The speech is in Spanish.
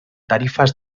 tarifas